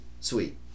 sweet